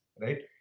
right